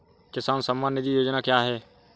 किसान सम्मान निधि योजना क्या है?